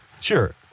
Sure